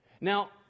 Now